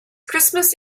christmas